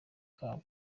kabwo